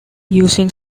using